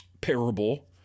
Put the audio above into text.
parable